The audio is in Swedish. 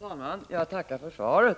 Herr talman! Jag tackar för svaret.